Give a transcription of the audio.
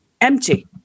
empty